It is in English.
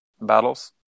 battles